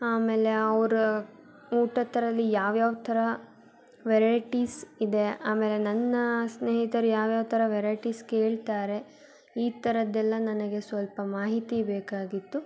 ಆಮೇಲೆ ಅವರ ಊಟದಲ್ಲಿ ಯಾವ ಯಾವ ಥರ ವೆರೈಟೀಸ್ ಇದೆ ಆಮೇಲೆ ನನ್ನ ಸ್ನೇಹಿತರು ಯಾವ ಯಾವ ಥರ ವೆರೈಟೀಸ್ ಕೇಳ್ತಾರೆ ಈ ಥರದ್ದೆಲ್ಲ ನನಗೆ ಸ್ವಲ್ಪ ಮಾಹಿತಿ ಬೇಕಾಗಿತ್ತು